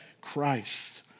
Christ